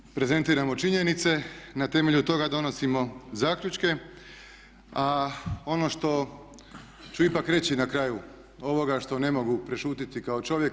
Dakle prezentiramo činjenice, na temelju toga donosimo zaključke a ono što ću ipak reći na kraju ovoga, što ne mogu prešutjeti kao čovjek.